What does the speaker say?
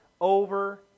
over